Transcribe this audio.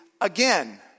Again